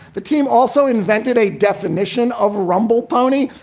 the team also invented a definition of rumble pony.